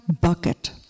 bucket